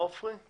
אין